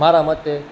મારા મતે